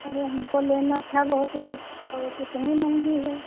अरे हमको लेना था बहुत कितनी महंगी है